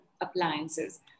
appliances